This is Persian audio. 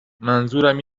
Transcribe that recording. منظورم